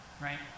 right